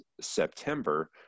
September